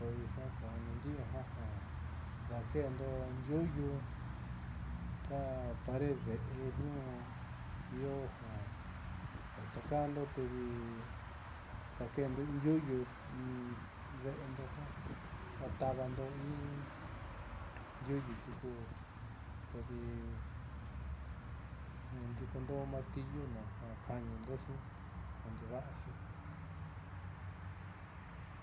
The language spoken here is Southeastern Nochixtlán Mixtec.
Kodi jiaa kuja naandi'i ja ja dakendo ndiu'uyu ta pared ve'e nuu io ja takando tedi dakendo in ndiuuyuu ve'endo ja o tavando in ndiuuyuu tiuk kodi ndiukundo martillo na ja ka'anindoxi jandiuva'axi.